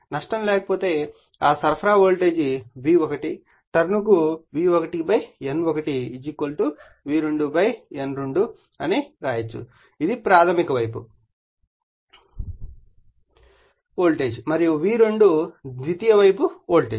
నష్టం లేకపోతే ఆ సరఫరా వోల్టేజ్ V1 టర్న్ కు V1 N1 V2 N2 అని వ్రాయవచ్చు ఇది ప్రాధమిక వైపు వోల్టేజ్ మరియు V2 ద్వితీయ వైపు వోల్టేజ్